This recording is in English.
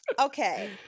Okay